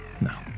No